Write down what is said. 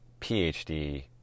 PhD